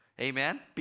Amen